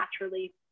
naturally